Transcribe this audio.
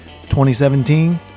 2017